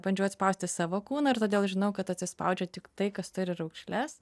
bandžiau išspausti savo kūną ir todėl žinau kad atsispaudžia tik tai kas turi raukšles